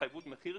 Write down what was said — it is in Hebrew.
התחייבות מחיר,